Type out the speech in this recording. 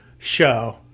Show